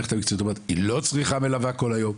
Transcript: היא לא צריכה מלווה כל היום,